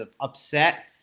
upset